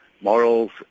morals